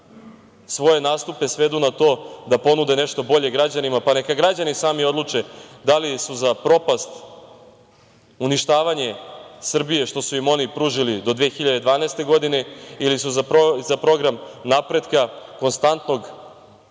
svoje nastupe svedu na to da ponude nešto bolje građanima, pa neka građani sami odluče da li su za propast, uništavanje Srbije, što su im oni pružili do 2012. godine, ili su za program napretka, konstantnog